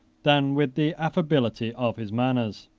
than with the affability of his manners,